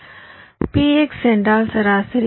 P x என்றால் சராசரி